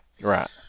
Right